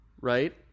right